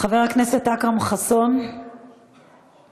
חבר הכנסת אכרם חסון, בבקשה,